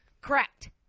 Correct